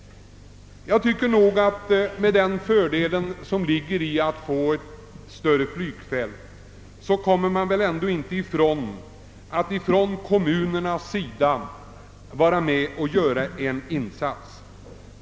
Jag anser att den fördel ett större flygfält innebär borde föranleda kommunerna att göra någon insats.